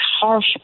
harsh